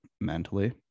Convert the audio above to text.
mentally